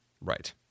Right